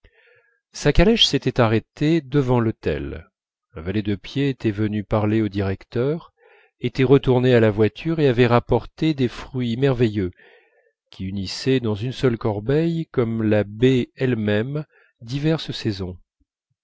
sa calèche s'était arrêtée devant l'hôtel un valet de pied était venu parler au directeur était retourné à la voiture et avait rapporté des fruits merveilleux qui unissaient dans une seule corbeille comme la baie elle-même diverses saisons